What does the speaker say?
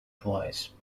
twice